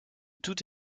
tout